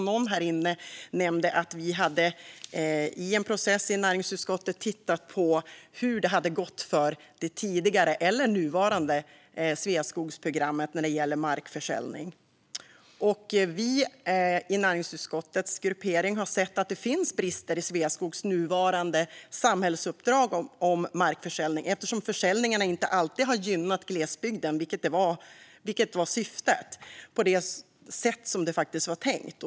Någon här inne nämnde att vi i en process i näringsutskottet hade tittat på hur det har gått för det tidigare eller nuvarande Sveaskogsprogrammet när det gäller markförsäljning. Vi i näringsutskottet har sett att det finns brister i Sveaskogs nuvarande samhällsuppdrag om markförsäljning eftersom försäljningarna inte alltid har gynnat glesbygden, vilket var det tänkta syftet.